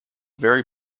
very